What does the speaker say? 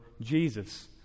Jesus